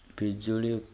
ବିଜୁଳି